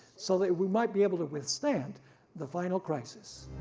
so that we might be able to withstand the final crisis.